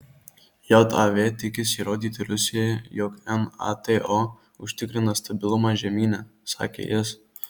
jav tikisi įrodyti rusijai jog nato užtikrina stabilumą žemyne sakė jis